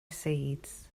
seeds